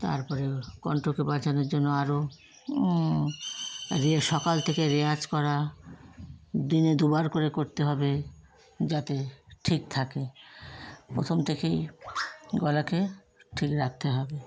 তার পরে কণ্ঠকে বাঁচানোর জন্য আরও রে সকাল থেকে রেওয়াজ করা দিনে দু বার করে করতে হবে যাতে ঠিক থাকে প্রথম থেকেই গলাকে ঠিক রাখতে হবে